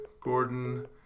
Gordon